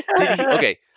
okay